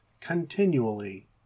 continually